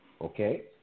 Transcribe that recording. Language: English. Okay